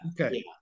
Okay